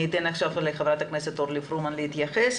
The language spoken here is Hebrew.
אתן עכשיו לחברת הכנסת אורלי פרומן להתייחס,